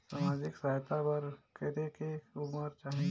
समाजिक सहायता बर करेके उमर चाही?